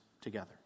together